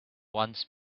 once